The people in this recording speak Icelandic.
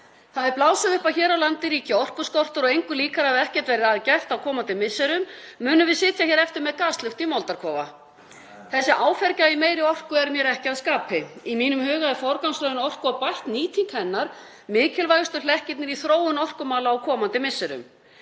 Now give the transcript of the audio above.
Það er blásið upp að hér á landi ríki orkuskortur og engu líkara ef ekkert verður að gert á komandi misserum munum við sitja eftir með gaslukt í moldarkofa. Þessi áfergja í meiri orku er mér ekki að skapi. Í mínum huga er forgangsröðun orku og bætt nýting hennar mikilvægustu hlekkirnir í þróun orkumála á komandi misserum.